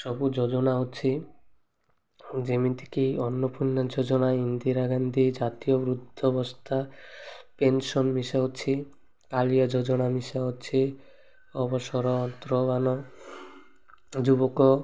ସବୁ ଯୋଜନା ଅଛି ଯେମିତିକି ଅନ୍ନପୂର୍ଣ୍ଣା ଯୋଜନା ଇନ୍ଦିରା ଗାନ୍ଧୀ ଜାତୀୟ ବୃଦ୍ଧାବସ୍ଥା ପେନ୍ସନ୍ ମିଶା ଅଛି କାଳିଆ ଯୋଜନା ମିଶା ଅଛି ଅବସର ଅନ୍ତ୍ରବାନ ଯୁବକ